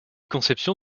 conception